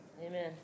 Amen